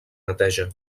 neteja